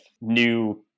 new